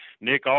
Nick